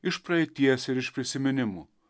iš praeities ir iš prisiminimų